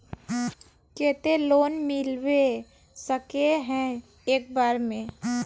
केते लोन मिलबे सके है एक बार में?